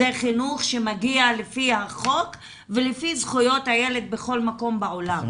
זה חינוך שמגיע לפי החוק ולפי זכויות הילד בכל מקום בעולם,